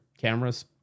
cameras